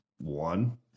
one